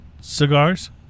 cigars